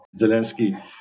Zelensky